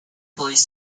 police